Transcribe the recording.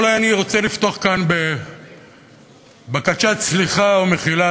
אולי אני רוצה לפתוח כאן בבקשת סליחה ומחילה,